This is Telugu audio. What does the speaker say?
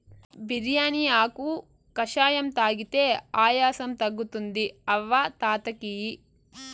బిర్యానీ ఆకు కషాయం తాగితే ఆయాసం తగ్గుతుంది అవ్వ తాత కియి